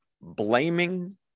blaming